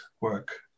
work